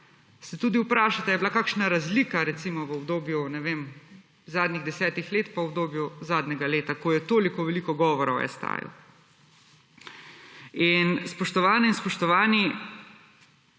se tudi vprašate ali je bila kakšna razlika, recimo, v obdobju, ne vem, zadnjih desetih let pa v obdobju zadnjega leta, ko je tako veliko govora o STA. Spoštovane in spoštovani,